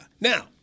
Now